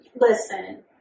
Listen